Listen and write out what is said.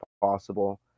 possible